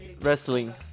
wrestling